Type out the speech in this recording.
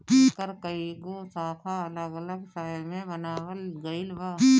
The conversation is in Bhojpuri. एकर कई गो शाखा अलग अलग शहर में बनावल गईल बा